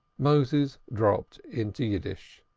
moses dropped into yiddish.